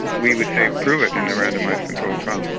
we would say prove it in a randomised control trial.